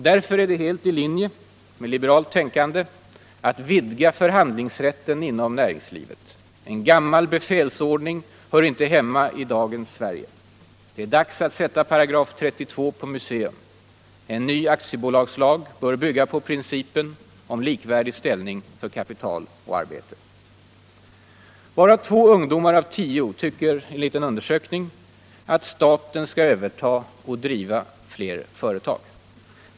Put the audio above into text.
Därför är det helt i linje med liberalt tänkande att vidga förhandlingsrätten inom näringslivet. En gammal befälsordning hör inte hemma i dagens Sverige. Det är dags att sätta § 32 på museum. En ny aktiebolagslag bör bygga på principen om likvärdig ställning för kapital och arbete. Bara två ungdomar av tio tycker, enligt en undersökning förra året, att staten skall överta och driva fler företag.